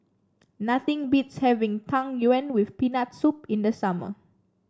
nothing beats having Tang Yuen with Peanut Soup in the summer